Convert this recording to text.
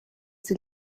sie